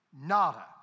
Nada